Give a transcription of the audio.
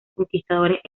conquistadores